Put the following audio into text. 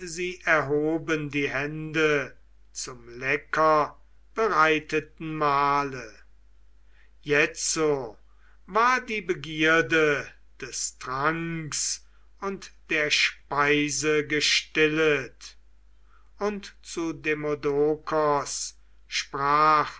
sie erhoben die hände zum leckerbereiteten mahle jetzo war die begierde des tranks und der speise gestillet und zu demodokos sprach